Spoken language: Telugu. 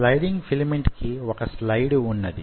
స్లయిడింగ్ ఫిలమెంట్ కి వొక స్లైడ్ వున్నది